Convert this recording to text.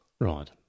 Right